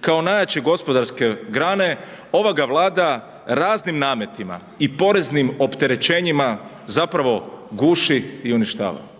kao najjače gospodarske grane, ova ga Vlada raznim nametima i poreznim opterećenjima zapravo guši i uništava